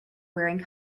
wearing